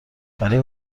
برای